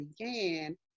began